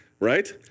right